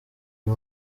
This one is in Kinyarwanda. uyu